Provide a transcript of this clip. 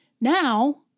Now